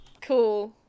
Cool